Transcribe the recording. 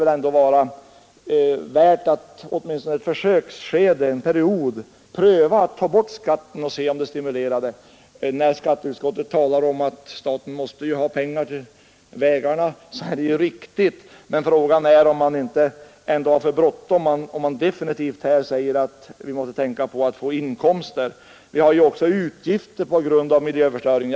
Det vore väl värt att åtminstone under en försöksperiod ta bort skatten för att se om det stimulerar till ökad användning av gasol. När skatteutskottet talar om att staten måste få in pengar till vägarna, så är det ju riktigt. Frågan är emellertid om man inte har för bråttom. Staten har ju också utgifter på grund av miljöförstöringen.